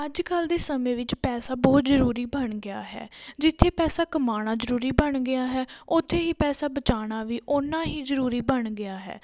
ਅੱਜ ਕੱਲ੍ਹ ਦੇ ਸਮੇਂ ਵਿੱਚ ਪੈਸਾ ਬਹੁਤ ਜ਼ਰੂਰੀ ਬਣ ਗਿਆ ਹੈ ਜਿੱਥੇ ਪੈਸਾ ਕਮਾਉਣਾ ਜ਼ਰੂਰੀ ਬਣ ਗਿਆ ਹੈ ਉੱਥੇ ਹੀ ਪੈਸਾ ਬਚਾਉਣਾ ਵੀ ਓਨਾ ਹੀ ਜ਼ਰੂਰੀ ਬਣ ਗਿਆ ਹੈ